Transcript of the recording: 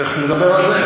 תכף נדבר על זה.